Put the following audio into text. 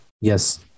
Yes